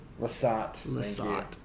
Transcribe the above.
Lasat